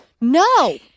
No